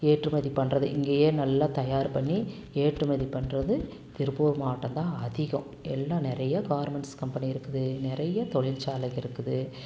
ஏற்றுமதி பண்ணுறது இங்கேயே நல்லா தயார் பண்ணி ஏற்றுமதி பண்ணுறது திருப்பூர் மாவட்டந்தான் அதிகம் எல்லாம் நிறையா கார்மெண்ட்ஸ் கம்பெனி இருக்குது நிறையா தொழிற்சாலைங்க இருக்குது